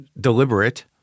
deliberate